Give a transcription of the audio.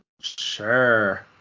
Sure